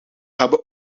hebben